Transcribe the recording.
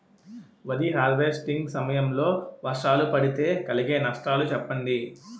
వరి హార్వెస్టింగ్ సమయం లో వర్షాలు పడితే కలిగే నష్టాలు చెప్పండి?